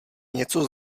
něco